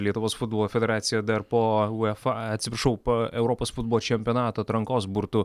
lietuvos futbolo federacija dar po uefa atsiprašau po europos futbolo čempionato atrankos burtų